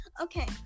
Okay